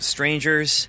Strangers